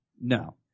No